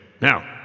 Now